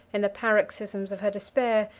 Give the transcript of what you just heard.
in the paroxysms of her despair,